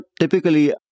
typically